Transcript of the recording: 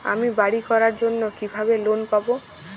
আমি বাড়ি করার জন্য কিভাবে লোন পাব?